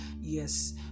Yes